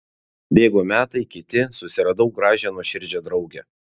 bėgo metai kiti susiradau gražią nuoširdžią draugę